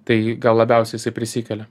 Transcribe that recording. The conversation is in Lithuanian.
tai gal labiausiai jisai prisikelia